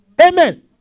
Amen